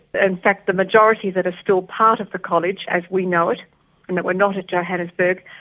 in fact, the majority that are still part of the college, as we know it, and that were not at johannesburg,